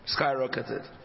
Skyrocketed